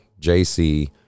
JC